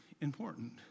important